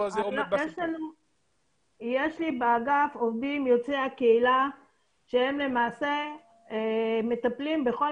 יש לי באגף עובדים יוצאי הקהילה שהם למעשה מטפלים בכל